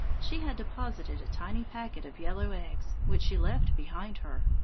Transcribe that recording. she had deposited a tiny packet of yellow eggs, which she left behind her.